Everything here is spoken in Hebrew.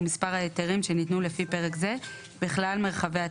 ומספר ההיתרים שניתנו לפי פרק זה בכלל מרחבי התכנון,